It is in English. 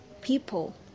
people